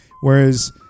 Whereas